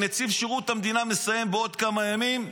נציב שירות המדינה מסיים בעוד כמה ימים,